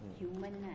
human